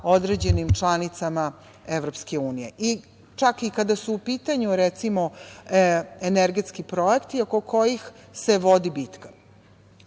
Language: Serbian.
određenim članicama EU, čak i kada su u pitanju, recimo, energetski projekti oko kojih se vodi bitka. Prema